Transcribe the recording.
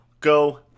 Go